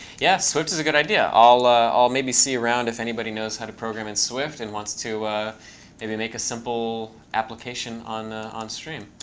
yeah, swift is a good idea. i'll ah i'll maybe see around if anybody knows how to program in swift and wants to maybe make a simple application on on stream.